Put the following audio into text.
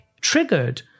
triggered